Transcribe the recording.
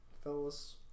fellas